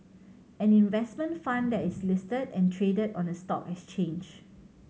an investment fund that is listed and traded on a stock exchange